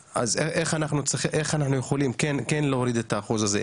ואיך אנחנו יכולים כן להוריד את האחוז הזה?